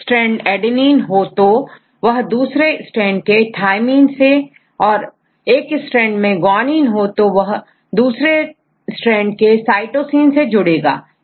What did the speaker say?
एक strand adenine हो तो वह दूसरे स्टैंड के thymine से और यदि एक स्टैंड मेंguanine हो तो वाह दूसरे ट्रेंड केcytosine से जुड़ेगा करेगा